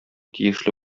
тиешле